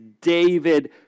David